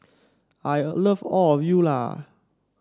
I love all of you lah